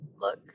look